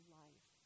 life